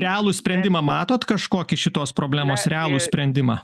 realų sprendimą matot kažkokį šitos problemos realų sprendimą